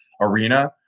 Arena